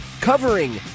covering